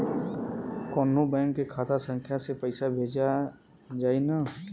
कौन्हू बैंक के खाता संख्या से पैसा भेजा जाई न?